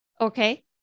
Okay